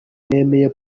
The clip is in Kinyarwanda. nemeye